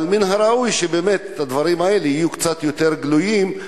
אבל מן הראוי באמת שהדברים האלה יהיו קצת יותר גלויים,